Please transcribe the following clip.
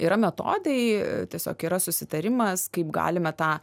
yra metodai tiesiog yra susitarimas kaip galime tą